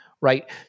Right